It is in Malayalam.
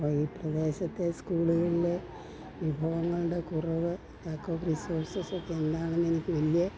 അപ്പോൾ ഈ പ്രദേശത്തെ സ്കൂളുകളിലെ വിഭവങ്ങളുടെ കുറവ് ലാക്ക് ഓഫ് റിസോഴ്സ്സൊക്കെ എന്താണെന്ന് എനിക്ക് വലിയ